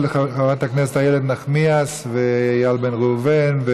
39 בעד, אין מתנגדים, אין נמנעים.